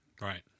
right